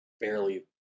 barely